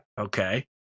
Okay